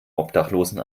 obdachlosen